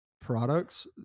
products